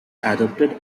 adopted